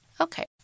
Okay